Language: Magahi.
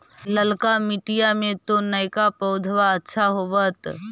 ललका मिटीया मे तो नयका पौधबा अच्छा होबत?